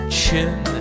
chin